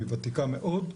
היא ותיקה מאוד,